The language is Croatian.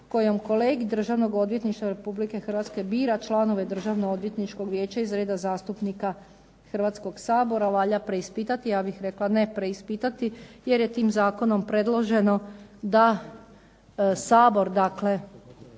kojom Kolegij Državnog odvjetništva Republike Hrvatske bira članove Državnog odvjetničkog vijeća iz reda zastupnika Hrvatskog sabora valja preispitati. Ja bih rekla ne preispitati, jer je tim zakonom predloženo da Sabor, dakle